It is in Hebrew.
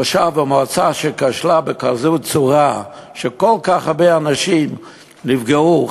מושב ומועצה שכשלה בצורה כזאת שכל כך הרבה אנשים נפגעו.